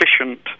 efficient